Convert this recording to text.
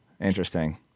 Interesting